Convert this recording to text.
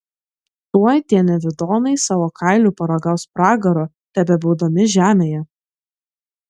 tuoj tie nevidonai savo kailiu paragaus pragaro tebebūdami žemėje